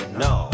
no